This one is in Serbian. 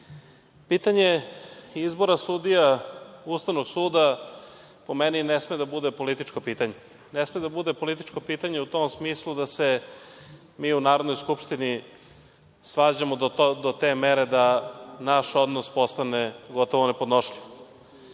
pitanje izbora sudija Ustavnog suda, po meni, ne sme da bude političko pitanje. Ne sme da bude političko pitanje, u tom smislu da se mi u Narodnoj skupštini svađamo do te mere da naš odnos postane gotovo nepodnošljiv.